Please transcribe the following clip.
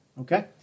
Okay